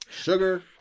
sugar